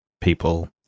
people-